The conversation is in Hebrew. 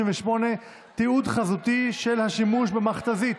38) (תיעוד חזותי של השימוש במכת"זית),